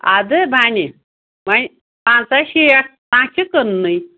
اَدٕ بَنہِ وۄنۍ پانٛژاہ شیٹھ تام چھِ کٕننٕے